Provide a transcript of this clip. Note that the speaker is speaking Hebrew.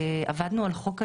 כשעבדנו על חוק ההסדרים,